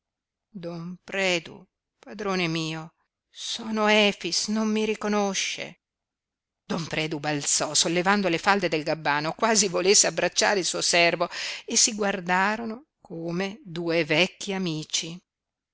don predu padrone mio sono efix non mi riconosce don predu balzò sollevando le falde del gabbano quasi volesse abbracciare il suo servo e si guardarono come due vecchi amici